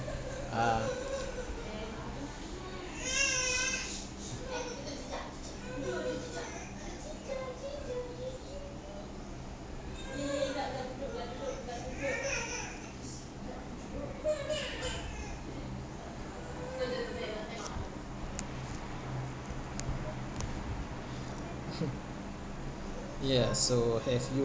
uh ya so have you